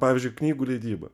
pavyzdžiui knygų leidyba